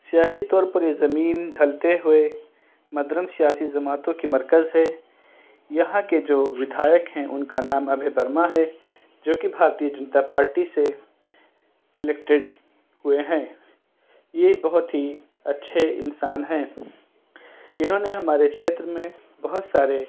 سیاسی طور پر یہ زمین ڈھلتے ہوئے مدھرم سیاسی جماعتوں کی مرکز ہے یہاں کے جو ودھایک ہیں ان کا نام ابھے ورما ہے جو کہ بھارتیہ جنتا پارٹی سے الیکٹریٹ ہوئے ہیں یہ بہت ہی اچّھے انسان ہیں انہوں نے ہمارے چھیتر میں بہت سارے